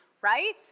right